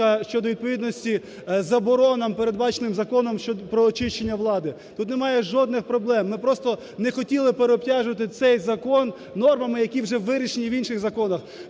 щодо відповідності заборонам, передбаченим Законом про очищення влади. Тут немає жодних проблем, ми просто не хотіли переобтяжувати цей закон нормами, які вже вирішені в інших законах,